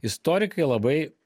istorikai labai